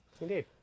Indeed